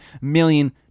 million